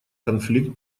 конфликт